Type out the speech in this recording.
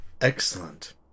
Excellent